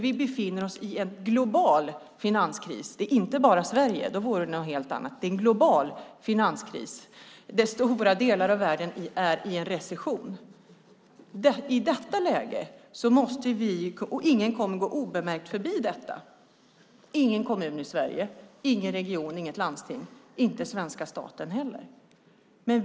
Vi befinner oss i en global finanskris. Den drabbar inte bara Sverige, för då vore det någonting helt annat. Det är en global finanskris. Stora delar av världen är i en recession. Den kommer inte att gå obemärkt förbi någon - ingen kommun, inget landsting, ingen region och inte heller den svenska staten.